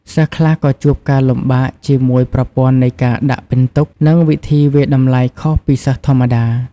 សិស្សខ្លះក៏ជួបការលំបាកជាមួយប្រព័ន្ធនៃការដាក់ពិន្ទុ និងវិធីវាយតម្លៃខុសពីធម្មតាដែរ។